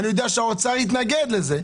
ואני יודע שהאוצר התנגד לזה.